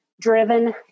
Driven